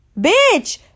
Bitch